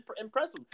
impressive